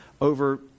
over